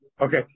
Okay